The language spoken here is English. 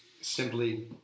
simply